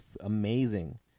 amazing